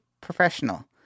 professional